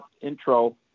intro